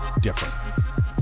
different